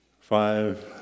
five